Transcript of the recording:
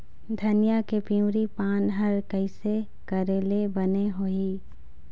धनिया के पिवरी पान हर कइसे करेले बने होही?